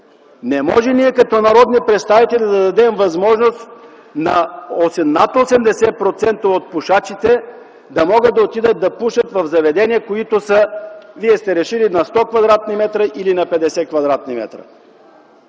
Не може ние като народни представители да дадем възможност на над 80% от пушачите да отидат да пушат в заведения, където вие сте решили – на 80 или 100 кв. м.